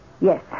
Yes